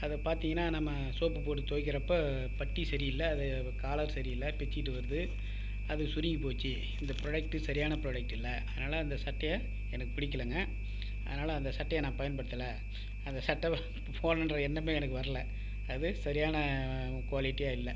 அதை பார்த்தீங்கன்னா நம்ம சோப் போட்டு துவக்கிறப்ப பட்டி சரி இல்லை அது காலர் சரி இல்லை பிச்சுகிட்டு வருது அது சுருங்கி போச்சி இந்த ப்ரடக்ட் சரியான ப்ரடக்ட் இல்லை அதனால் இந்த சட்டையை எனக்கு பிடிக்கலைங்க அதனால் அந்த சட்டையை நான் பயன்படுத்தல அந்த சட்டை போடணும்ன்ற எண்ணமே எனக்கு வரல அது சரியான குவாலிட்டியாக இல்லை